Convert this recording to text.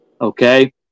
Okay